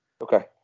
Okay